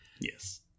Yes